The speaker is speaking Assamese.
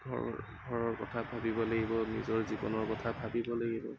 ঘৰৰ ঘৰৰ কথা ভাবিব লাগিব নিজৰ জীৱনৰ কথা ভাবিব লাগিব